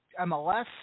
MLS